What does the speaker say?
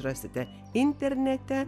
rasite internete